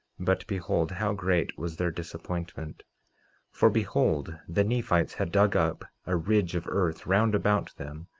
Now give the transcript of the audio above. but behold, how great was their disappointment for behold, the nephites had dug up a ridge of earth round about them,